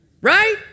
Right